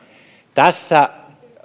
tässä